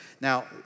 Now